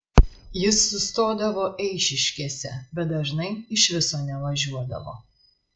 jis sustodavo eišiškėse bet dažnai iš viso nevažiuodavo